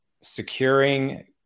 securing